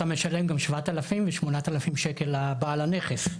אתה משלם גם 7,000 ו-8,000 שקל לבעל הנכס,